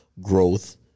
growth